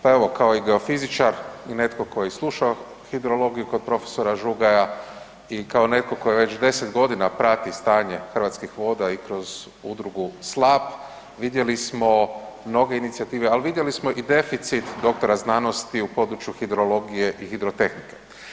Pa evo, kao i geofizičar i netko tko je slušao hidrologiju kod profesora Žugaja i kao netko tko je već 10 godina prati stanje hrvatskih voda i kroz udrugu Slap, vidjeli smo mnoge inicijative, ali vidjeli smo i deficit doktora znanosti u području hidrologije i hidrotehnike.